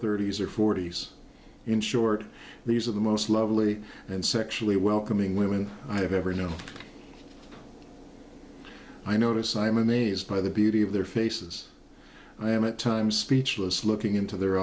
thirty's or forty's in short these are the most lovely and sexually welcoming women i have ever known i notice i am amazed by the beauty of their faces i am at times speechless looking into their